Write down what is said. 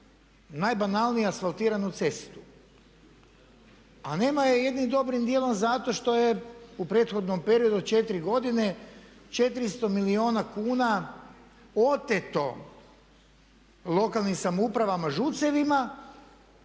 najbanalnije asfaltiranu cestu? A nema je jednim dobrim djelom zato što je u prethodnom periodu od 4 godine, 400 milijuna kuna oteto lokalnim samoupravama ŽUC-evima